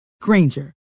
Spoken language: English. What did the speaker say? Granger